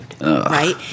right